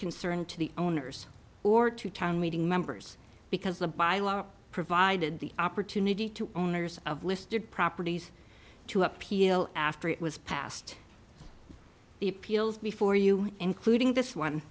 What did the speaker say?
concern to the owners or to town meeting members because the bylaws provided the opportunity to owners of listed properties to appeal after it was passed the appeals before you including this one